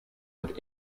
with